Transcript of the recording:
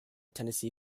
tennessee